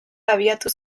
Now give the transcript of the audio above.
abiatu